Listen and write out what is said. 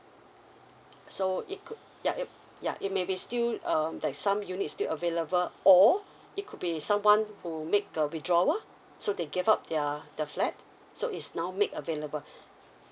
so it could yup it yeah it maybe still um like some units still available or it could be someone who make a withdrawal so they gave up their the flat so it's now made available